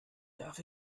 darf